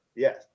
Yes